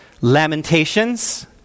Lamentations